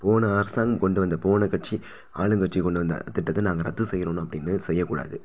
போன அரசாங்கம் கொண்டு வந்த போன கட்சி ஆளுங்கட்சி கொண்டு வந்த திட்டத்தை நாங்கள் ரத்து செய்கிறோன்னு அப்படின்னு செய்யக்கூடாது